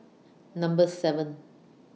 Number seven